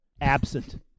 absent